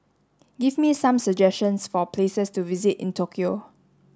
give me some suggestions for places to visit in Tokyo